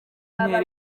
ntera